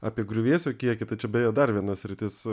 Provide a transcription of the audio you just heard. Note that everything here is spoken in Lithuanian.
apie griuvėsių kiekį tai čia beje dar viena sritis